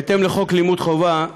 בהתאם לחוק לימוד חובה,